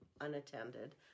unattended